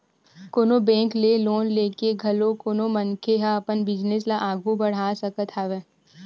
कोनो बेंक ले लोन लेके घलो कोनो मनखे ह अपन बिजनेस ल आघू बड़हा सकत हवय